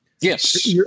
Yes